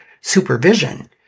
supervision